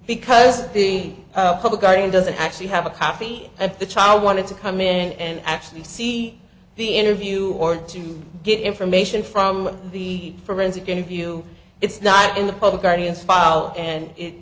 because the public guardian doesn't actually have a copy of the child wanted to come in and actually see the interview or to get information from the forensic interview it's not in the public guardian's file and it